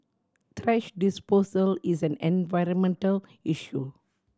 thrash disposal is an environmental issue